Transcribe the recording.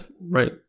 right